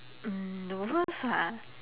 mm the worse ah